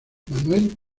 manuel